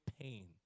pain